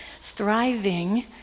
thriving